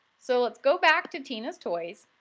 so let's go back to tina's toys,